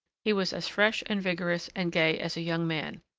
he was as fresh and vigorous and gay as a young man.